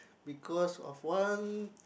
because of one